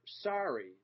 sorry